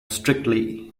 strictly